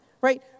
right